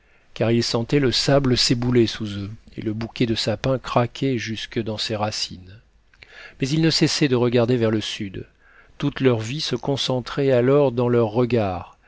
car ils sentaient le sable s'ébouler sous eux et le bouquet de sapins craquer jusque dans ses racines mais ils ne cessaient de regarder vers le sud toute leur vie se concentrait alors dans leur regard